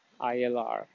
ILR